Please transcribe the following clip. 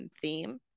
theme